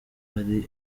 ari